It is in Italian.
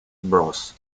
bros